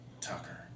Tucker